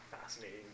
fascinating